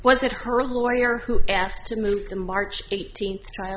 was it her lawyer who asked to move in march eighteenth